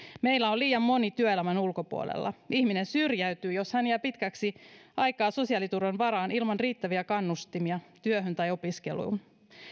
meillä on liian moni työelämän ulkopuolella ihminen syrjäytyy jos hän jää pitkäksi aikaa sosiaaliturvan varaan ilman riittäviä kannustimia työhön tai opiskeluun